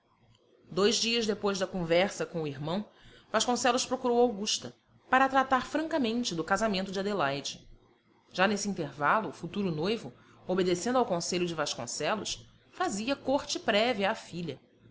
dois dias depois da conversa com o irmão vasconcelos procurou augusta para tratar francamente do casamento de adelaide já nesse intervalo o futuro noivo obedecendo ao conselho de vasconcelos fazia corte prévia à filha